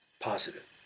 Positive